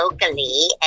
locally